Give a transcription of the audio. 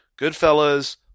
Goodfellas